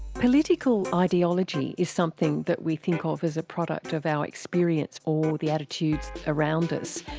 political ideology is something that we think of as a product of our experience or the attitudes around us.